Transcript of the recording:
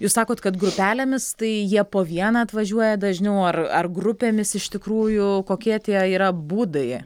jūs sakot kad grupelėmis tai jie po vieną atvažiuoja dažniau ar ar grupėmis iš tikrųjų kokie tie yra būdai